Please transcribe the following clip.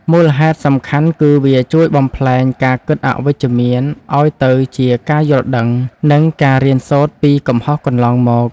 មូលហេតុសំខាន់គឺវាជួយបំប្លែងការគិតអវិជ្ជមានឱ្យទៅជាការយល់ដឹង និងការរៀនសូត្រពីកំហុសកន្លងមក។